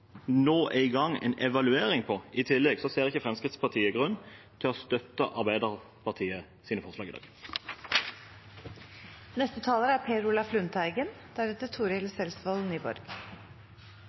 nå er i gang en evaluering på, ser ikke Fremskrittspartiet grunn til å støtte Arbeiderpartiets forslag i dag. Jeg vil takke Arbeiderpartiet for at de i